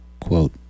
Quote